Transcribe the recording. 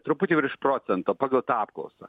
truputį virš procento pagal tą apklausą